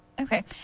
Okay